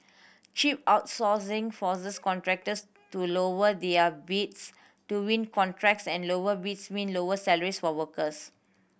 cheap outsourcing forces contractors to lower their bids to win contracts and lower bids mean lower salaries for workers